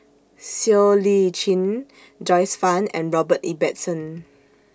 Siow Lee Chin Joyce fan and Robert Ibbetson